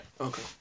Okay